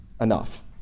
enough